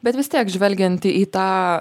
bet vis tiek žvelgiant į tą